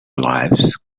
lives